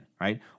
right